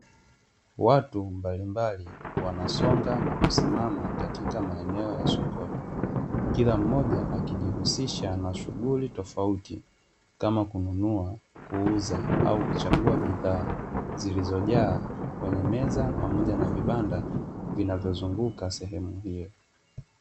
Watu mbalimbali wanasonga na kusimama katika maeneo ya sokoni, kila mmoja akijihusisha na shughuli tofauti kama kununua, kuuza au kuchagua bidhaa zilizojaa kwenye meza pamoja na vibanda vinavyozunguka sehemu hiyo.